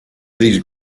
these